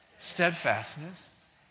steadfastness